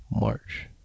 March